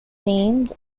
named